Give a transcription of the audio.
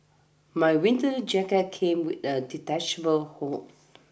my winter jacket came with a detachable hood